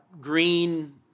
green